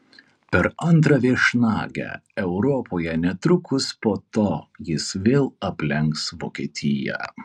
per antrą viešnagę europoje netrukus po to jis vėl aplenks vokietiją